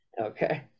Okay